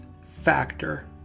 factor